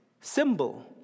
symbol